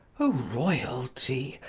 o royalty!